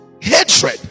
Hatred